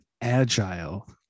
agile